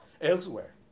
elsewhere